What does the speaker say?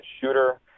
shooter